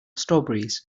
strawberries